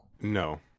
No